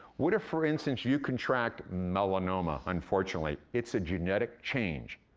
what if, for instance, you can track melanoma? unfortunately, it's a genetic change.